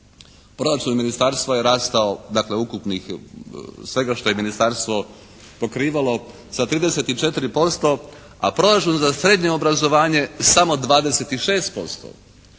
proračun ministarstva je rastao dakle ukupnih, svega što je ministarstvo pokrivalo sa 34%, a proračun za srednje obrazovanje samo 26%.